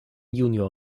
junior